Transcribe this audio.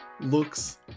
looks